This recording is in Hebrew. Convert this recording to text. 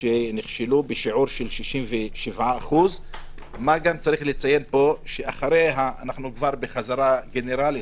שנכשלו בשיעור של 67%. צריך לציין פה שאנחנו כבר בחזרה גנרלית,